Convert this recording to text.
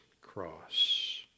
Cross